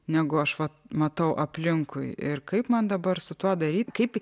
negu aš va matau aplinkui ir kaip man dabar su tuo daryti kaip